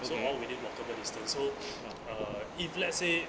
so all within walkable distance so if let's say